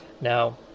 now